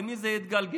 למי זה יתגלגל?